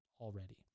already